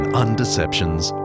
undeceptions